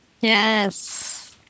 Yes